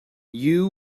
you